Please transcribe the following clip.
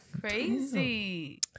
Crazy